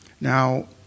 Now